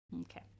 Okay